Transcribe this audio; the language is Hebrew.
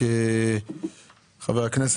עלי.